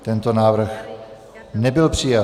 Tento návrh nebyl přijat.